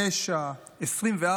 9, 24,